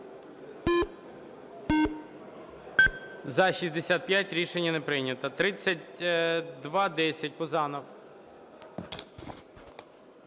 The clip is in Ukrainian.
За-65 Рішення не прийнято. 3210, Пузанов.